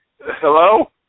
Hello